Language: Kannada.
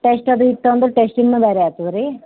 ಟೆಸ್ಟ್ ಅದು ಇತ್ತಂದ್ರೆ ಟೆಸ್ಟಿಂದು ಬೇರೆ ಆಗ್ತದೆ ರೀ